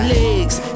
legs